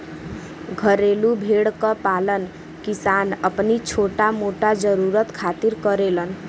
घरेलू भेड़ क पालन किसान अपनी छोटा मोटा जरुरत खातिर करेलन